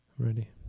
Ready